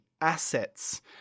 Assets